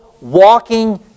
walking